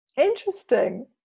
interesting